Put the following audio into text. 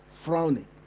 frowning